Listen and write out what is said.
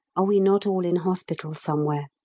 are we not all in hospital somewhere?